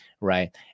right